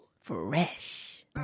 Fresh